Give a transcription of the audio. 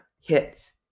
hits